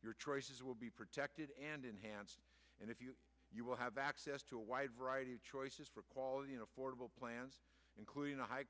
your choices will be protected and enhanced and if you will have access to a wide variety of choices for quality and affordable plans including a high